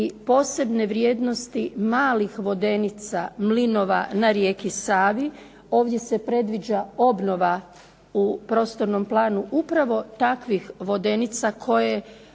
posebne vrijednosti malih vodenica, mlinova na rijeki Savi. Ovdje se predviđa obnova u prostornom planu upravo takvih vodenica u